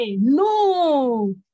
no